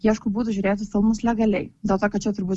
ieško būdų žiūrėti filmus legaliai dėl to kad čia turbūt